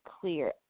clear